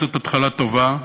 זאת התחלה טובה.